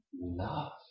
love